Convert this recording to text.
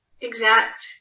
exact